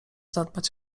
zadbać